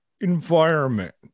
environment